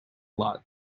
lot